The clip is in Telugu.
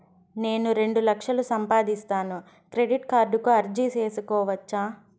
నేను రెండు లక్షలు సంపాదిస్తాను, క్రెడిట్ కార్డుకు అర్జీ సేసుకోవచ్చా?